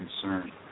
concern